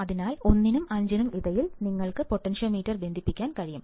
അതിനാൽ 1 നും 5 നും ഇടയിൽ നിങ്ങൾക്ക് പൊട്ടൻഷ്യോമീറ്റർ ബന്ധിപ്പിക്കാൻ കഴിയും